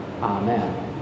amen